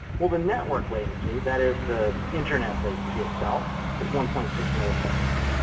well, the network latency that is, the internet latency itself is one point six milliseconds.